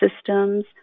systems